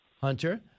Hunter